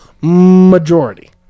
Majority